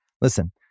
Listen